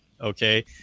okay